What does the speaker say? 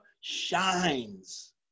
shines